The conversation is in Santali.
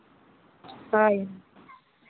ᱦᱳᱭ